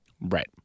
Right